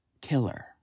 killer